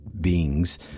beings